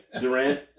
Durant